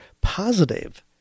positive